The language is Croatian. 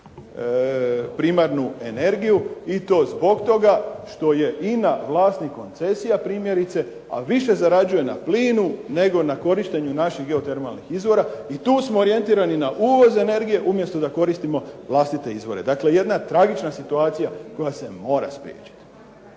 primarnu energiju i to zbog toga što je INA vlasnik koncesija primjerice, a više zarađuje na plinu nego na korištenju naših geotermalnih izvora i tu smo orijentirani na uvoz energije umjesto da koristimo vlastite izvore. Dakle, jedna tragična situacija koja se mora spriječiti.